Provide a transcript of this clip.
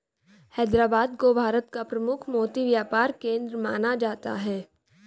हैदराबाद को भारत का प्रमुख मोती व्यापार केंद्र माना जाता है